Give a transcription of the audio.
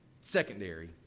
secondary